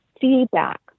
feedback